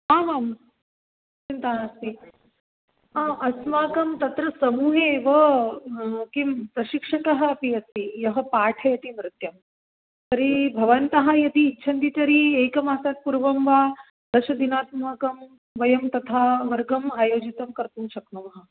आमां चिन्ता नास्ति अस्माकं तत्र समूहे एव किं प्रशिक्षकः अपि अस्ति यः पाठयति नृत्यं तर्हि भवन्तः यदि इच्छन्ति तर्हि एकमासात् पूर्वं वा दशदिनात्मकं वयं तथा वर्गम् आयोजितं कर्तुं शक्नुमः